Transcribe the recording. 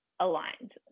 aligned